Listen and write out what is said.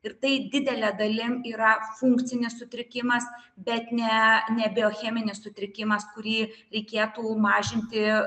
ir tai didele dalim yra funkcinis sutrikimas bet ne ne biocheminis sutrikimas kurį reikėtų mažinti